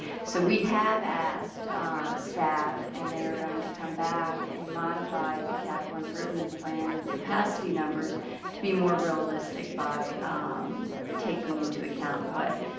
so we have asked staff and they are going to come back and modify the capital improvement plan capacity numbers to be more realistic by taking into account what